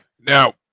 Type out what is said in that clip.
Now